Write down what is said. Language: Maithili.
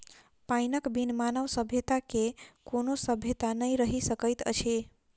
पाइनक बिन मानव सभ्यता के कोनो सभ्यता नै रहि सकैत अछि